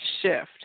shift